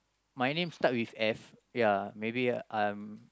my name start with F ya maybe I'm